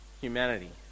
humanity